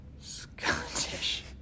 Scottish